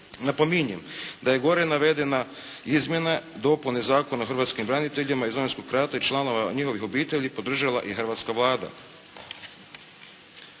Napominjem, da je gore navedena izmjena dopune Zakona o hrvatskim braniteljima iz Domovinskog rata i članova njihovih obitelji i podržala i hrvatska Vlada.